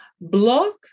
block